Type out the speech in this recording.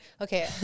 Okay